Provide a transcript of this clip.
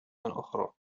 أخرى